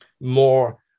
more